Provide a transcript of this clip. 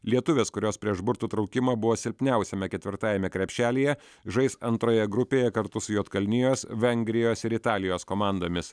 lietuvės kurios prieš burtų traukimą buvo silpniausiame ketvirtajame krepšelyje žais antroje grupėje kartu su juodkalnijos vengrijos ir italijos komandomis